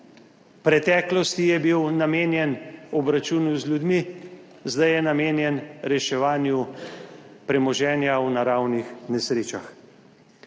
V preteklosti je bil namenjen obračunu z ljudmi, zdaj je namenjen reševanju premoženja v naravnih nesrečah.